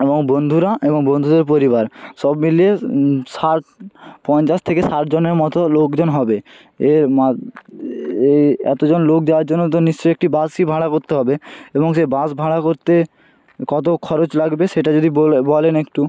এবং বন্ধুরা এবং বন্ধুদের পরিবার সব মিলিয়ে ষাট পঞ্চাশ থেকে ষাটজনের মতো লোকজন হবে এ এই এতজন লোক যাওয়ার জন্য তো নিশ্চয়ই একটি বাসই ভাড়া করতে হবে এবং সেই বাস ভাড়া করতে কত খরচ লাগবে সেটা যদি বলেন একটু